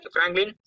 Franklin